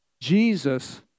Jesus